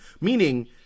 Meaning